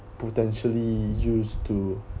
potentially used to